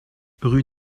rue